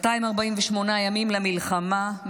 248 ימים למלחמה,